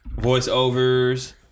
voiceovers